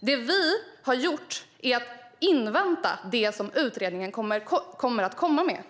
Det vi har gjort är att invänta det som utredningen kommer att komma med.